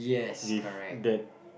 with that